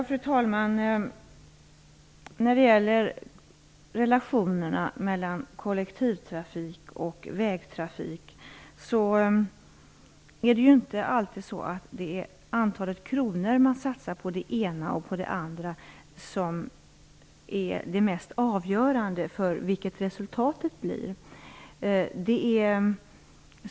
Fru talman! När det gäller relationerna mellan kollektivtrafik och vägtrafik är det inte alltid antalet kronor som man satsar på det ena och på det andra som är det mest avgörande för vilket resultat man får.